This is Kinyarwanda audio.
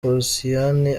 posiyani